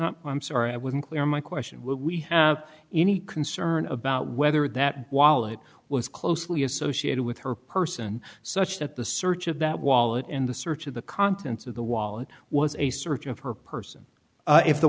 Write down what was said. not i'm sorry i wouldn't clear my question will we have any concern about whether that wallet was closely associated with her person such that the search of that wallet in the search of the contents of the wallet was a search of her person if the